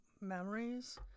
memories